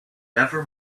never